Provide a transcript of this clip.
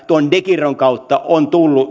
tuon degiron kautta on tullut